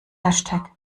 hashtag